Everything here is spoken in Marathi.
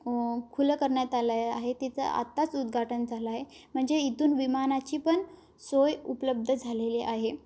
खुलं करण्यात आलेल आहे त्याचं आत्ताच उदघाटन झालं आहे म्हणजे इथून विमानाची पण सोय उपलब्ध झालेली आहे